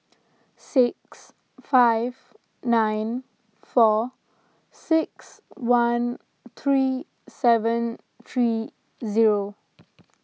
six five nine four six one three seven three zero